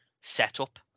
setup